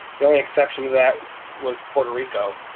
the only exception to that was puerto rico,